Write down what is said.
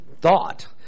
thought